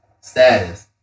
status